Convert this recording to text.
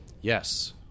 Yes